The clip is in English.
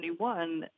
1971